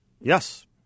Yes